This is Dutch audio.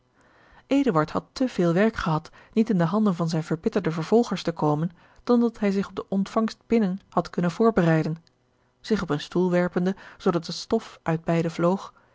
had te veel werk gehad niet in de handen van zijne verbitterde vervolgers te komen dan dat hij zich op de ontvangst binnen had kunnen voorbereiden zich op een stoel werpende zoodat de stof uit beide vloog